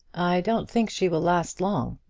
i don't think she will last long,